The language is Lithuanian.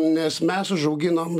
nes mes užauginom